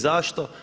Zašto?